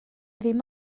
dim